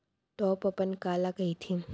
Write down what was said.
Top अपन काला कहिथे?